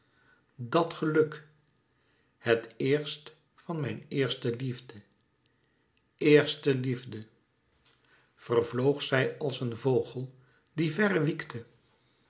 dat geluk het éerst van mijn eerste liefde eerste liefde vervloog zij als een vogel die